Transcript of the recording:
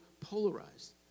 polarized